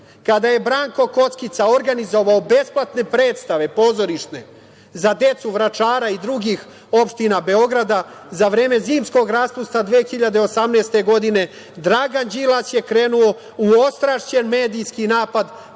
Kada je Branko Kockica organizovao besplatne pozorišne predstave za decu Vračara i drugih opština Beograda za vreme zimskog raspusta 2018. godine, Dragan Đilas je krenuo u ostrašćeni medijski napad